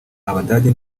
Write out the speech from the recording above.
abadage